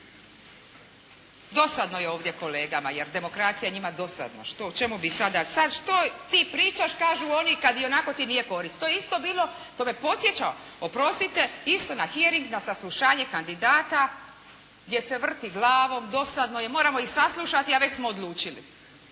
Dosadno je ovdje kolegama, jer demokracija je njima dosadna, što, o čemu vi sada, sada što ti pričaš kažu oni kada ionako ti nije korist. To je isto bilo, to me podsjeća, oprostite isto na …/Govornik se ne razumije./… na saslušanje kandidata gdje se vrti glavom, dosadno je, moramo ih saslušati a već smo odlučili.